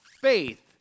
faith